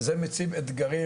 זה מציב אתגרים,